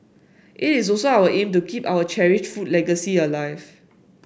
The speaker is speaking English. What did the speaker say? it is also our aim to keep our cherished food legacy alive